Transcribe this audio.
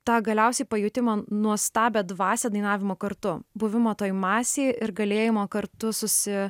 tą galiausiai pajutimą nuostabią dvasią dainavimo kartu buvimo toj masėj ir galėjimo kartu susi